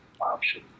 option